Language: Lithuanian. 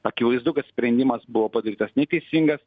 akivaizdu kad sprendimas buvo padarytas neteisingas